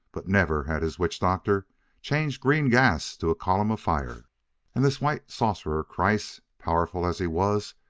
but never had his witch-doctor changed green gas to a column of fire and this white sorcerer, kreiss, powerful as he was,